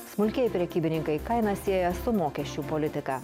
smulkieji prekybininkai kainas sieja su mokesčių politika